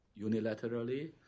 unilaterally